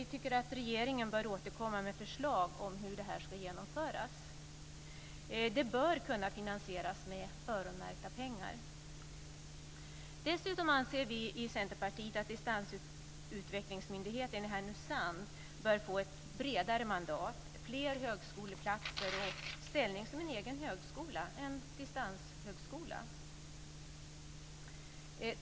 Regeringen bör återkomma med förslag om hur detta ska genomföras. Det bör kunna finansieras med öronmärkta pengar. Dessutom anser vi i Centerpartiet att distansutvecklingsmyndigheten i Härnösand bör få ett bredare mandat, fler högskoleplatser och ställning som en egen högskola - en distanshögskola.